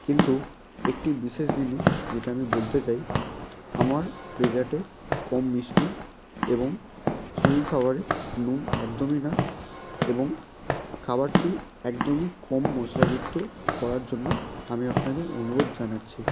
কিন্তু একটি বিশেষ জিনিস যেটা আমি বলতে চাই আমার ডেজার্টে কম মিষ্টি এবং শুরুর খাবারে নুন একদমই না এবং খাবারটি একদমই কম মশলাযুক্ত করার জন্য আমি আপনাকে অনুরোধ জানাচ্ছি